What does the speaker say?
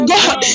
God